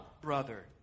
Brother